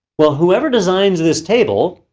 well, whoever designs this table,